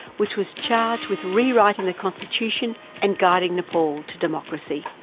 which was charged with rewriting the constitution and guiding nepal to democracy.